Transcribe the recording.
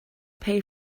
pay